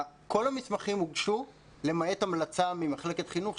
כל המסמכים הוגשו למעט המלצה ממחלקת חינוך,